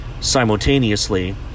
simultaneously